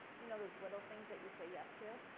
you know those little things that you say yes to,